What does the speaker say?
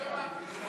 שמעתי.